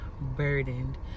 burdened